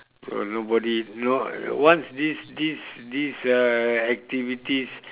well nobody no once this this this uh activities